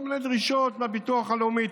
כל מיני דרישות בביטוח הלאומי,